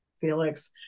Felix